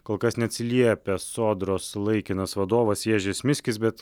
kol kas neatsiliepia sodros laikinas vadovas jiežis miskis bet